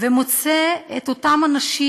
ומוצאים את אותם אנשים,